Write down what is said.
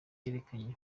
yerekanye